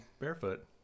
barefoot